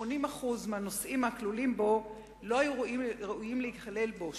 80% מהנושאים הכלולים בו לא היו ראויים להיכלל בו,